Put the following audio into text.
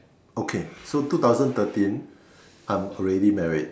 okay so two thousand thirteen I'm already married